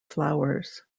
flowers